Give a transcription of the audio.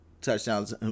touchdowns